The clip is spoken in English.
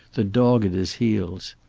the dog at his heels.